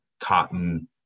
cotton